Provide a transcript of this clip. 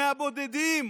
מהבודדים